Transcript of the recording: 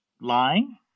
lying